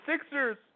Sixers